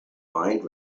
mind